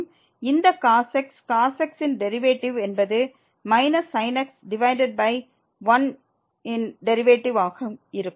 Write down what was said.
மற்றும் இந்த cos x cos x ன் டெரிவேட்டிவ் என்பது sin x டிவைடட் பை 1 இன் டெரிவேட்டிவ் ஆக இருக்கும்